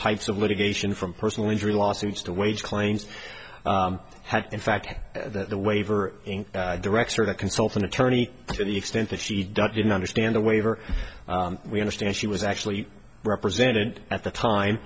types of litigation from personal injury lawsuits to wage claims have in fact the waiver directs her to consult an attorney to the extent that she doesn't understand the waiver we understand she was actually represented at the time